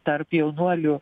tarp jaunuolių